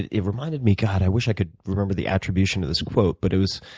it it reminded me, god, i wish i could remember the attribution of this quote, but it was